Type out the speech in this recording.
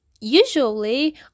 Usually